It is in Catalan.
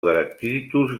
detritus